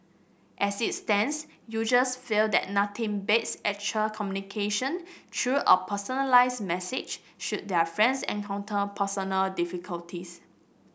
as it stands users feel that nothing beats actual communication through a personalised message should their friends encounter personal difficulties